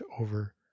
over